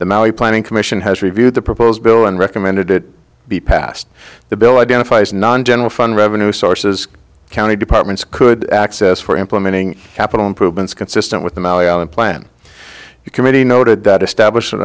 the maui planning commission has reviewed the proposed bill and recommended it be passed the bill identifies non general fund revenue sources county departments could access for implementing capital improvements consistent with the mouse plan committee noted that established